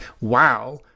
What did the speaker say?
wow